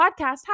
podcast